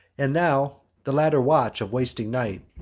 and now the latter watch of wasting night,